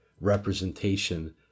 representation